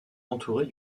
entourés